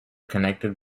connected